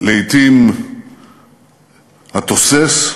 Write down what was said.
לעתים התוסס,